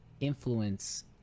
influence